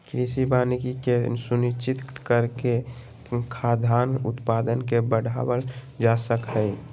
कृषि वानिकी के सुनिश्चित करके खाद्यान उत्पादन के बढ़ावल जा सक हई